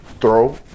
throw